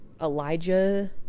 Elijah